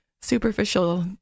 superficial